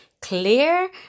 clear